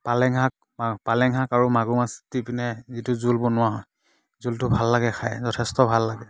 পালেং শাক পালেং শাক আৰু মাগুৰ মাছ দি পিনে যিটো জোল বনোৱা হয় জোলটো ভাল লাগে খাই যথেষ্ট ভাল লাগে